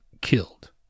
killed